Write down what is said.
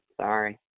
Sorry